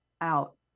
out